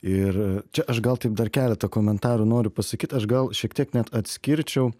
ir čia aš gal taip dar keletą komentarų noriu pasakyt aš gal šiek tiek net atskirčiau